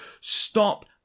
stop